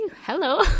hello